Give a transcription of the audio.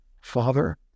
father